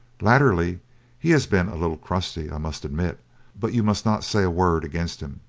latterly he has been a little crusty, i must admit but you must not say a word against him.